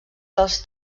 dels